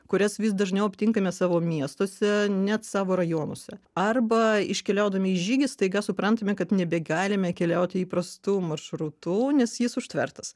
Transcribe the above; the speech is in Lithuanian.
kurias vis dažniau aptinkame savo miestuose net savo rajonuose arba iškeliaudami į žygį staiga suprantame kad nebegalime keliauti įprastu maršrutu nes jis užtvertas